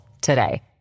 today